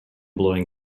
blowing